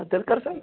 آ تیٚلہِ کرسا